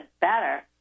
better